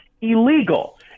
illegal